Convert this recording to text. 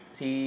si